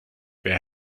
wer